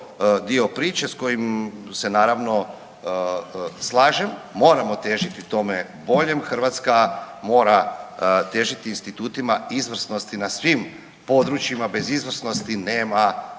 dio priče s kojim se naravno slažem. Moramo težiti tome boljem, Hrvatska mora težiti institutima izvrsnosti na svim područjima bez izvrsnosti nema